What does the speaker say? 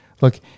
Look